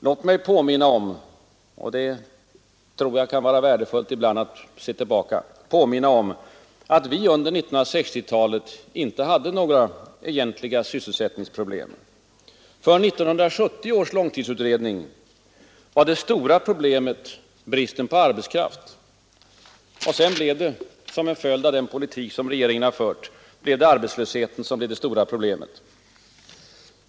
Låt mig påminna om — jag tror att det kan vara värdefullt ibland att se tillbaka — att vi under 1960-talet inte hade några egentliga sysselsättningsproblem. För 1970 års långtidsutredning var det stora problemet bristen på arbetskraft. Sedan blev — som en följd av den politik som regeringen har fört — arbetslösheten det stora problemet.